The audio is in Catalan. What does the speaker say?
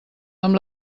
amb